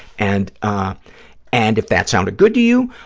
and ah and if that sounded good to you,